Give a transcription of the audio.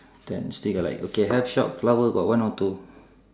ten still got like okay health shop flower got one or two